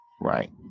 Right